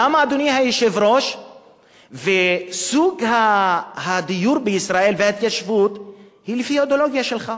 למה סוג הדיור בישראל וההתיישבות הם לפי האידיאולוגיה שלך?